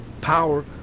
power